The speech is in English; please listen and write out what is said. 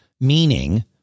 meaning